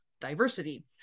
diversity